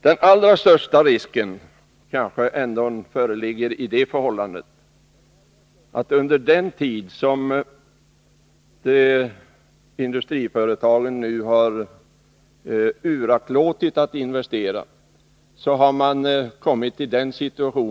Den allra största risken kanske ändå ligger i det förhållandet att industriföretagen förmodligen kommer att bli akterseglade av utländsk industri.